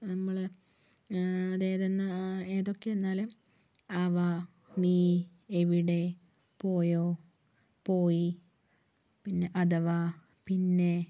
നമ്മളെ അതായത് ഏതൊക്കെ എന്നാല് അവ നീ എവിടെ പോയോ പോയി പിന്നെ അഥവാ പിന്നെ